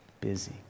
busy